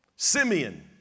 Simeon